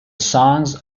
songs